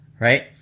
right